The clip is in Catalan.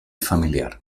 familiar